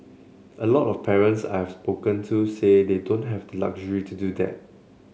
a lot of parents I've spoken to say they don't have luxury to do that